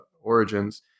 origins